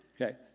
Okay